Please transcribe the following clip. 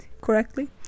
correctly